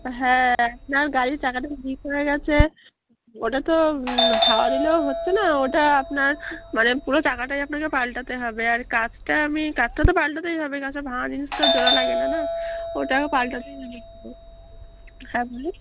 হ্যাঁ আপনার গাড়ির চাকাটা তো ঠিক হয়ে গেছে ওটা তো হাওয়া দিলেও হচ্ছে না ওটা আপনার মানে পুরো চাকাটাই আপনাকে পাল্টাতে হবে আর কাঁচটা আমি কাঁচটা তো পাল্টাতেই হবে কাঁচ ভাঙা জিনিস তো আর জোড়া লাগে না না ওটাও পাল্টাতেই হবে একটু হ্যাঁ বলুন